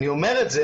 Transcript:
אני אומר את זה,